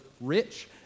rich